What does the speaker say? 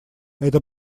это